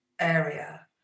area